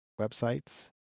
websites